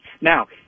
now